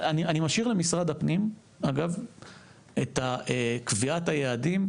אני משאיר למשרד הפנים את קביעת היעדים,